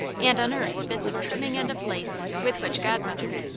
and unearth bits of trimming and of lace with which godmother,